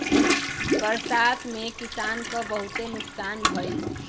बरसात में किसान क बहुते नुकसान भयल